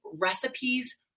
recipes